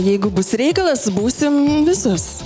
jeigu bus reikalas būsim visos